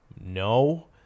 No